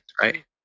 right